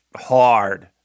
hard